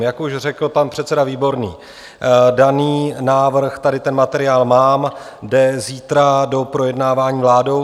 Jak už řekl pan předseda Výborný, daný návrh tady ten materiál mám jde zítra do projednávání vládou.